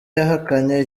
yahakanye